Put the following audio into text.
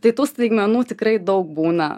tai tų staigmenų tikrai daug būna